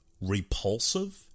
repulsive